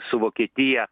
su vokietija